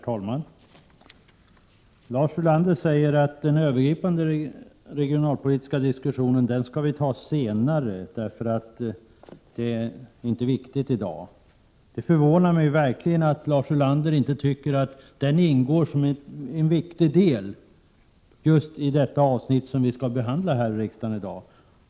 Herr talman! Lars Ulander sade att den övergripande regionalpolitiska diskussionen skall tas senare, eftersom det inte är så viktigt att ta den i dag. Det förvånar mig verkligen att Lars Ulander inte tycker att den övergripande regionalpolitiken ingår som en viktig del när det gäller det avsnitt som vi skall behandla i riksdagen i dag.